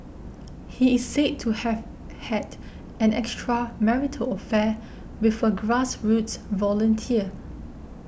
he is said to have had an extramarital affair with a grassroots volunteer